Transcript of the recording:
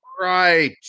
right